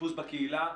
אשפוז בקהילה,